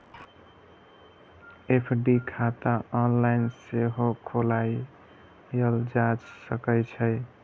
FD खाता online सेहो खोलाएल जा सकै छै